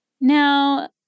Now